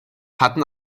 hatten